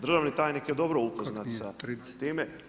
Državni tajnik je dobro upoznat sa time.